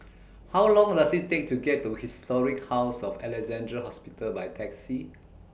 How Long Does IT Take to get to Historic House of Alexandra Hospital By Taxi